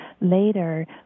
later